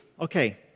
Okay